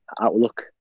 outlook